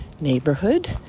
neighborhood